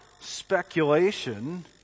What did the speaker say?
speculation